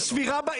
היא סבירה בעליל.